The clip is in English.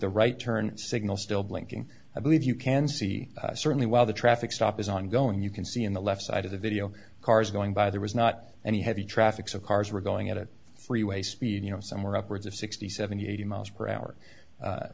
the right turn signal still blinking i believe you can see certainly while the traffic stop is ongoing you can see in the left side of the video cars going by there was not any heavy traffic so cars were going at it freeway speed you know somewhere upwards of sixty seventy eighty m